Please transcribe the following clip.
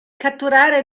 catturare